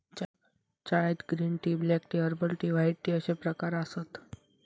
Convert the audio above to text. चायत green tea, black tea, herbal tea, white tea अश्ये प्रकार आसत